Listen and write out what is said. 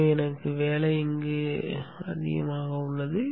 எனவே எனக்கு வேலை இடம் உள்ளது